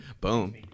Boom